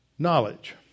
knowledge